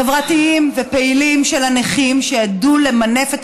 חברתיים ופעילים של הנכים שידעו למנף את